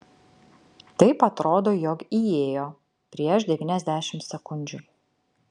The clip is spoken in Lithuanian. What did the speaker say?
taip atrodo jog įėjo prieš devyniasdešimt sekundžių